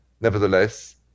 Nevertheless